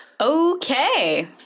Okay